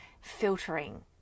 filtering